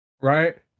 Right